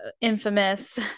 infamous